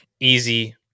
Easy